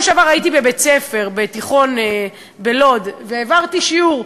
בשבוע שעבר הייתי בבית-ספר תיכון בלוד והעברתי שיעור.